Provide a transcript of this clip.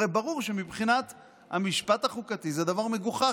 הרי ברור שמבחינת המשפט החוקתי זה דבר מגוחך,